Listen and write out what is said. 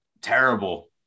terrible